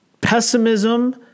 pessimism